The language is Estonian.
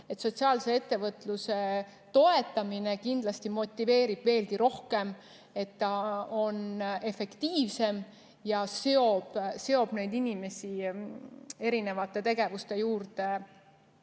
Sotsiaalse ettevõtluse toetamine kindlasti motiveerib veelgi rohkem, ta on efektiivsem ja seob neid inimesi tegevuste juurde